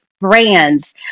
brands